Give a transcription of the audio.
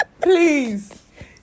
please